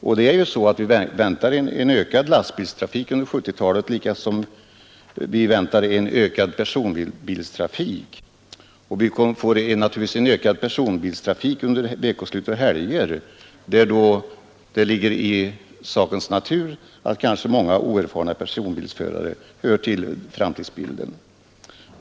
Vi väntar en ökad lastbilstrafik under 1970-talet likaväl som vi väntar en ökad personbilstrafik. Vi får naturligtvis en ökad personbilstrafik under veckoslut och helger, och det ligger i sakens natur att många oerfarna personbilsförare hör till framtidsbilden.